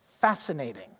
fascinating